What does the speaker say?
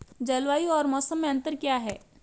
जलवायु और मौसम में अंतर क्या है?